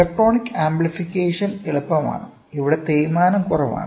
electronic amplification എളുപ്പമാണ് ഇവിടെ തേയ്മാനം കുറവാണ്